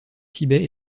tibet